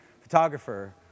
photographer